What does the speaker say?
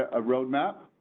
a roadmap.